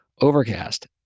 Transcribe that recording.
Overcast